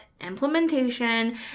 implementation